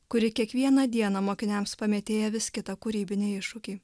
kuri kiekvieną dieną mokiniams pamėtėja vis kitą kūrybinį iššūkį